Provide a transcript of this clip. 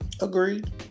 Agreed